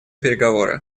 переговоры